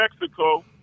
Mexico